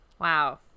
Wow